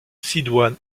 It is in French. sidoine